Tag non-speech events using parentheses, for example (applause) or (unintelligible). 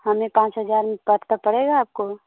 हमें पाँच हज़ार में (unintelligible) पड़ेगा आपको